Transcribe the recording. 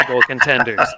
Contenders